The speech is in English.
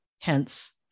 hence